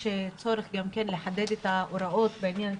יש צורך לחדד את ההוראות בעניין.